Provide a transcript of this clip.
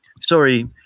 Sorry